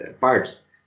parts